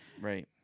Right